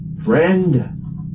friend